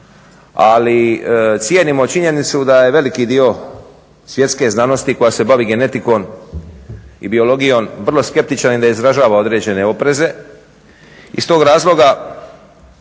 ali cijenimo činjenicu da je veliki dio svjetske znanosti koja se bavi genetikom i biologijom vrlo skeptična i ne izražava određene opreze. Iz tog razloga